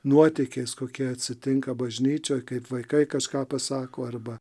nuotykiais kokie atsitinka bažnyčioj kaip vaikai kažką pasako arba